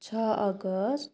छ अगस्ट